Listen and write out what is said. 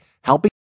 helping